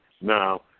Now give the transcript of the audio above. Now